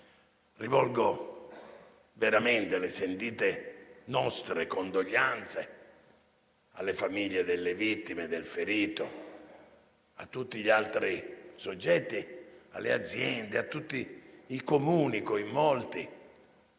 Rivolgo veramente le nostre sentite condoglianze alle famiglie delle vittime, del ferito, a tutti gli altri soggetti, alle aziende e a tutti i Comuni coinvolti.